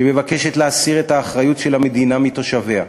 שמבקשת להסיר את האחריות של המדינה מתושביה.